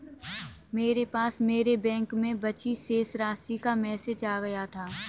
मेरे पास मेरे बैंक में बची शेष राशि का मेसेज आ गया था